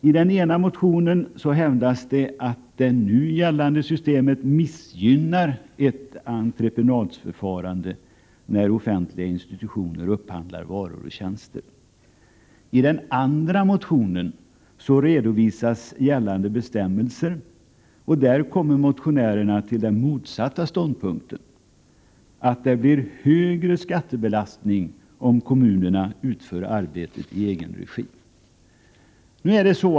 I den ena motionen hävdas det att det nu gällande systemet missgynnar ett entreprenadförfarande när offentliga institutioner upphandlar varor och tjänster. I den andra motionen redovisas gällande bestämmelser, och där kommer motionärerna fram till den motsatta ståndpunkten, nämligen att det blir högre skattebelastning om kommunerna utför arbetet i egen regi.